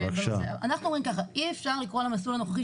אנחנו אומרים ככה: אי אפשר לקרוא למסלול הנוכחי